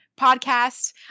podcast